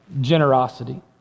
generosity